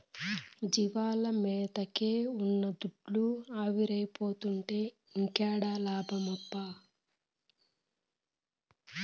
జీవాల మేతకే ఉన్న దుడ్డు ఆవిరైపోతుంటే ఇంకేడ లాభమప్పా